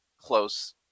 close